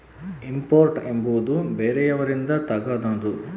import ಎಂಬುವುದು ಬೇರೆಯವರಿಂದ ತಗನದು